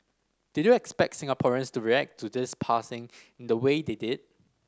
did you expect Singaporeans to react to this passing in the way they did